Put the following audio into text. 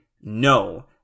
no